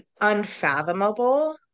unfathomable